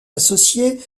associée